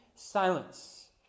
Silence